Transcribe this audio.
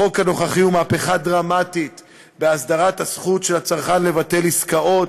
החוק הנוכחי הוא מהפכה דרמטית בהסדרת הזכות של הצרכן לבטל עסקאות.